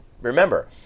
remember